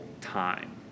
time